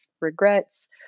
regrets